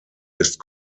ist